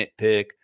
nitpick